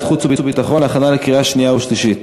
החוץ והביטחון להכנה לקריאה שנייה ושלישית.